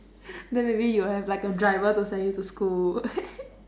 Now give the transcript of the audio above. then maybe you would have like a driver to send you to school